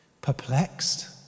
Perplexed